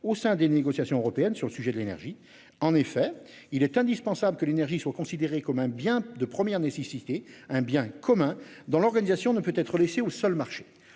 au sein des négociations européennes sur le sujet de l'énergie. En effet, il est indispensable que l'énergie sont considérées comme un bien de première nécessité un bien commun dans l'organisation ne peut être laissée aux seuls marchés